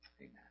Amen